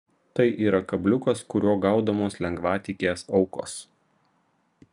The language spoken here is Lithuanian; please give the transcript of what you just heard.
tai yra kabliukas kuriuo gaudomos lengvatikės aukos